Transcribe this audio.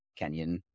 Kenyan